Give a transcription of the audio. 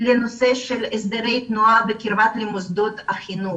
לנושא של הסדרי תנועה בקרבת מוסדות חינוך